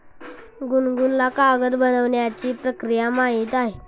गुनगुनला कागद बनवण्याची प्रक्रिया माहीत आहे